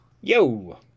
Yo